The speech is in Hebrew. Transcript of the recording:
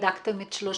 בדקתם את שלוש